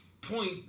Point